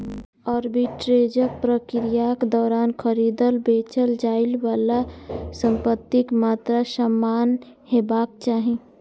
आर्बिट्रेजक प्रक्रियाक दौरान खरीदल, बेचल जाइ बला संपत्तिक मात्रा समान हेबाक चाही